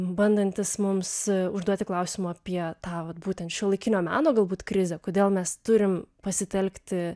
bandantis mums užduoti klausimą apie tą vat būtent šiuolaikinio meno galbūt krizę kodėl mes turim pasitelkti